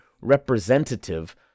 representative